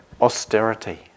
austerity